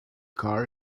car